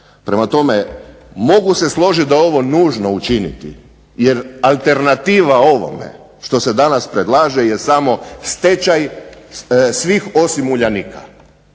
Prema tome, mogu se složiti da ovo nužno učiniti je alternativa ovome što se danas predlaže je samo stečaj svih osim Uljanika.